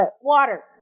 water